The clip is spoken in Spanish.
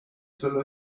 sólo